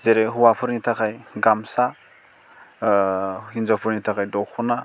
जेरै हौवाफोरनि थाखाय गामसा हिन्जावफोरनि थाखाय दख'ना